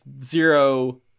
zero